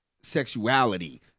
sexuality